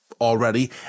already